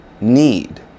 need